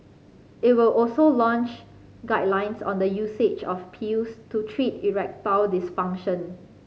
it will also launch guidelines on the usage of pills to treat erectile dysfunction